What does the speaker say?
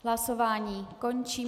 Hlasování končím.